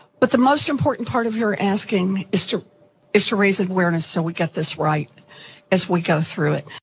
but the most important part of your asking is to is to raise awareness. so we get this right as we go through it.